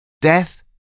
death